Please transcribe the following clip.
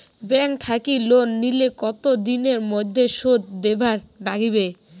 Bank থাকি loan নিলে কতো দিনের মধ্যে শোধ দিবার নাগিবে?